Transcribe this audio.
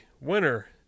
winner